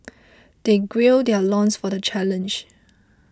they their loins for the challenge